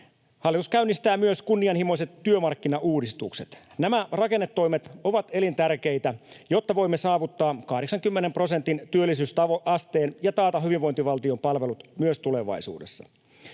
Hallitus käynnistää myös kunnianhimoiset työmarkkinauudistukset. Nämä rakennetoimet ovat elintärkeitä, jotta voimme saavuttaa 80 prosentin työllisyysasteen ja taata hyvinvointivaltion palvelut myös tulevaisuudessa.